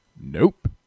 nope